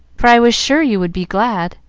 for i was sure you would be glad.